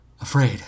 Afraid